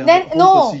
then no